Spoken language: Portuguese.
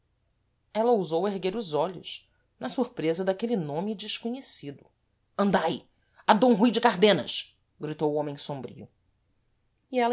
ela ousou erguer os olhos na surprêsa daquele nome desconhecido andai a d rui de cardenas gritou o homem sombrio e